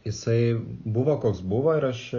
jisai buvo koks buvo ir aš